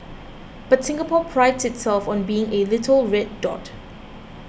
but Singapore prides itself on being a little red dot